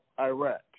Iraq